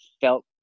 felt